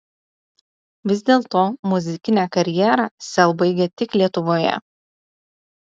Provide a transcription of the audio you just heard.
vis dėlto muzikinę karjerą sel baigia tik lietuvoje